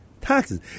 taxes